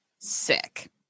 sick